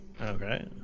Okay